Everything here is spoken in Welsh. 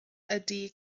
ydy